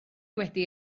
wedi